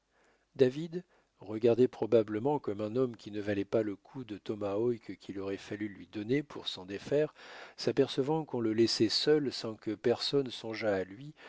david regardé probablement comme un homme qui ne valait pas le coup de tomahawk qu'il aurait fallu lui donner pour s'en défaire s'apercevant qu'on le laissait seul sans que personne songeât à lui